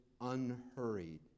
unhurried